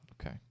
Okay